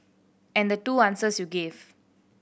and the two answers you gave